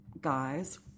guys